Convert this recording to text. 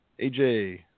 AJ